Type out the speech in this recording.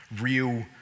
real